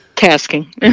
Tasking